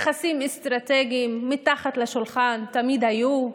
יחסים אסטרטגיים מתחת לשולחן תמיד היו.